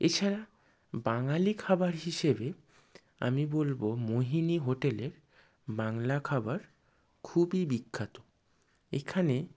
এছাড়া বাঙালি খাবার হিসেবে আমি বলব মোহিনী হোটেলের বাংলা খাবার খুবই বিখ্যাত এখানে